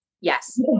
Yes